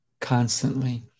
constantly